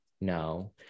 No